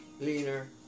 leaner